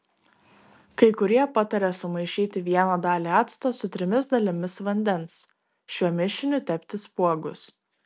kai kurie pataria sumaišyti vieną dalį acto su trimis dalimis vandens šiuo mišiniu tepti spuogus